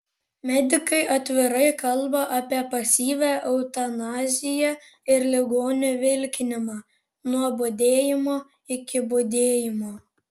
medikai atvirai kalba apie pasyvią eutanaziją ir ligonių vilkinimą nuo budėjimo iki budėjimo